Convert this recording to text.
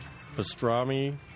pastrami